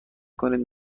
کنید